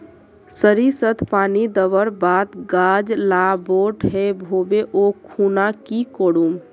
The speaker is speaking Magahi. सरिसत पानी दवर बात गाज ला बोट है होबे ओ खुना की करूम?